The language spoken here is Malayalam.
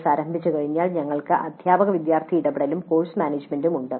കോഴ്സ് ആരംഭിച്ചുകഴിഞ്ഞാൽ ഞങ്ങൾക്ക് അധ്യാപക വിദ്യാർത്ഥി ഇടപെടലും കോഴ്സ് മാനേജുമെന്റും ഉണ്ട്